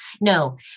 No